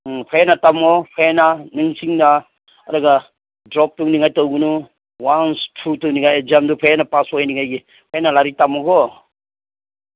ꯎꯝ ꯍꯦꯟꯅ ꯇꯝꯃꯣ ꯍꯦꯟꯅ ꯅꯤꯡꯁꯤꯡꯅ ꯑꯗꯨꯒ ꯗ꯭ꯔꯣꯞ ꯇꯧꯅꯤꯡꯉꯥꯏ ꯇꯧꯒꯅꯨ ꯋꯥꯟꯆ ꯊ꯭ꯔꯨ ꯇꯧꯅꯤꯉꯥꯏ ꯑꯦꯛꯖꯥꯝꯗꯨ ꯍꯦꯟꯅ ꯄꯥꯁ ꯑꯣꯏꯅꯤꯉꯥꯏꯒꯤ ꯍꯦꯟꯅ ꯂꯥꯏꯔꯤꯛ ꯇꯝꯃꯨꯀꯣ